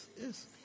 yes